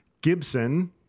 Gibson